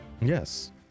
Yes